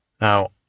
Now